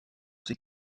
ses